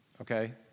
okay